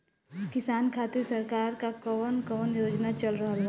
किसान खातिर सरकार क कवन कवन योजना चल रहल बा?